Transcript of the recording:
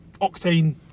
octane